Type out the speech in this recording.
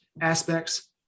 aspects